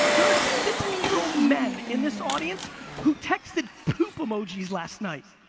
there are sixty year old men in this audience who texted poop emojis last night.